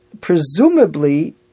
presumably